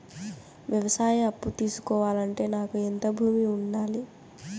వ్యవసాయ అప్పు తీసుకోవాలంటే నాకు ఎంత భూమి ఉండాలి?